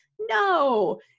No